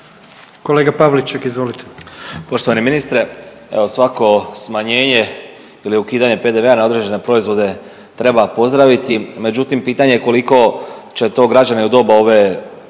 suverenisti)** Poštovani ministre, evo svako smanjenje ili ukidanje PDV-a na određene proizvode treba pozdraviti. Međutim, pitanje je koliko će to građani u doba ove